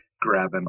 grabbing